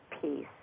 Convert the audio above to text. peace